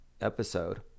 episode